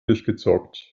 durchgezockt